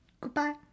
Goodbye